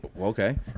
Okay